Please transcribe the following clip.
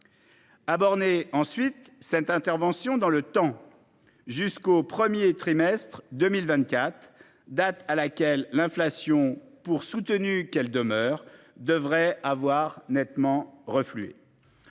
borner cette intervention dans le temps, soit jusqu'au premier trimestre 2024, quand l'inflation, pour soutenue qu'elle demeure, devrait avoir nettement reflué.